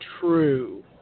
True